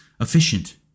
efficient